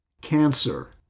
Cancer